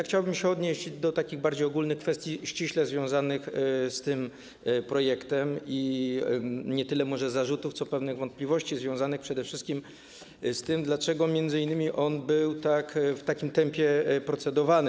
Chciałbym się odnieść do bardziej ogólnych kwestii, ściśle związanych z tym projektem i nie tyle może zarzutów, co pewnych wątpliwości związanych przede wszystkim z tym, dlaczego m.in. on był w takim tempie procedowany.